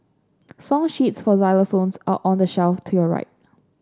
song sheets for xylophones are on the shelf to your right